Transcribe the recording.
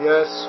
Yes